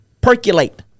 percolate